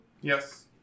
Yes